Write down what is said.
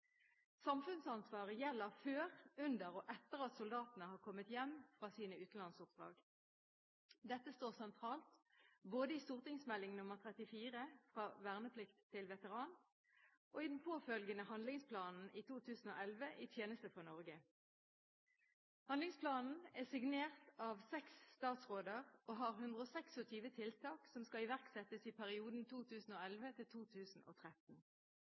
Samfunnsansvaret gjelder før, under og etter at soldatene har kommet hjem fra sine utenlandsoppdrag. Dette står sentralt både i St.meld. nr. 34 for 2008–2009, Fra vernepliktig til veteran, og i den påfølgende handlingsplanen i 2011, I tjeneste for Norge. Handlingsplanen er signert av seks statsråder og har 126 tiltak som skal iverksettes i perioden